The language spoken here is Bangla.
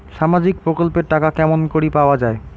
সামাজিক প্রকল্পের টাকা কেমন করি পাওয়া যায়?